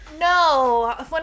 No